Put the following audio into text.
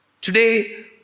Today